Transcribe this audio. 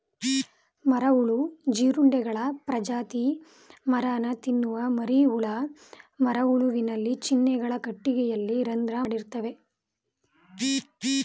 ಮರಹುಳು ಜೀರುಂಡೆಗಳ ಪ್ರಜಾತಿ ಮರನ ತಿನ್ನುವ ಮರಿಹುಳ ಮರಹುಳುವಿನ ಚಿಹ್ನೆಗಳು ಕಟ್ಟಿಗೆಯಲ್ಲಿ ರಂಧ್ರ ಮಾಡಿರ್ತವೆ